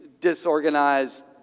disorganized